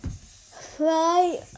fly